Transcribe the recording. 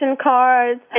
cards